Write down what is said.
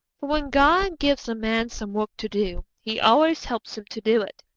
for when god gives a man some work to do, he always helps him to do it.